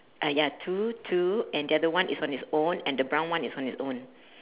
ah ya two two and the other one is on its own and the brown one is on its own